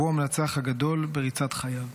והוא המנצח הגדול בריצת חייו.